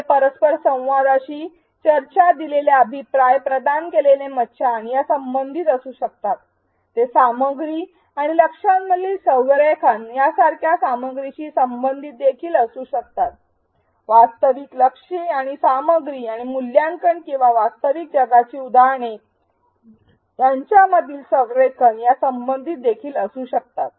ते परस्परसंवादाशी चर्चा दिलेला अभिप्राय प्रदान केलेले मचान या संबंधित असू शकतात ते सामग्री आणि लक्ष्यांमधील संरेखन यासारख्या सामग्रीशी संबंधित देखील असू शकतात आणि वास्तविक लक्ष्ये आणि सामग्री आणि मूल्यांकन किंवा वास्तविक जगाची उदाहरणे यांच्यामधील संरेखन या संबंधित देखील असू शकतात